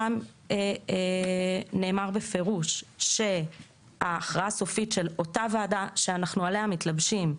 שם נאמר בפירוש שההכרעה הסופית של אותה וועדה שאנחנו עליה מתלבשים,